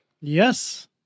Yes